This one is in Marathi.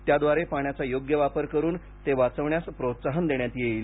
त्याद्वारे पाण्याचा योग्य वापर करुन ते वाचविण्यास प्रोत्साहन देण्यात येईल